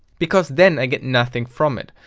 because then i get nothing from it.